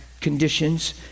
conditions